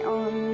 on